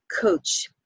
coach